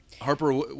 Harper –